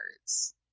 words